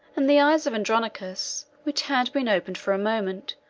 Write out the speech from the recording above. and the eyes of andronicus, which had been opened for a moment,